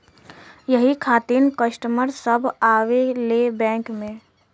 यही खातिन कस्टमर सब आवा ले बैंक मे?